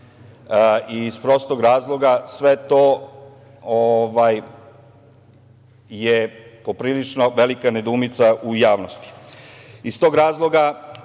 i iz prostog razloga sve to je po prilično velika nedoumica u javnosti. Iz tog razloga,